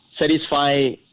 satisfy